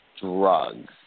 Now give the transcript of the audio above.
drugs